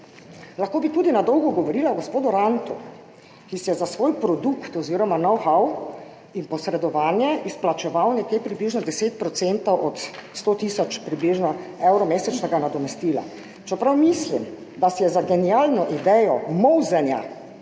Lahko bi tudi na dolgo govorila o gospodu Rantu, ki si je za svoj produkt oziroma know-how in posredovanje izplačeval približno 10 % od približno 100 tisoč evrov mesečnega nadomestila, čeprav mislim, da si je za genialno idejo molzenja